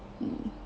mm